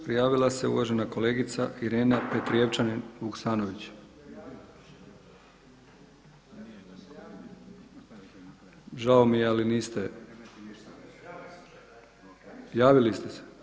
Prijavila se uvažena kolegica Irena Petrijevčanin Vuksanović. … [[Upadica se ne čuje.]] Žao mi je ali niste. … [[Upadica se ne čuje.]] Javili ste se?